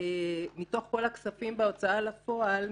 מתוך כל הכספים בהוצאה לפועל,